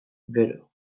gero